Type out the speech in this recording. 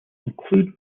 include